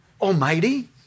Almighty